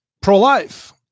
Pro-life